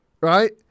Right